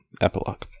epilogue